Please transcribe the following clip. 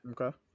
okay